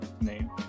name